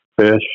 fish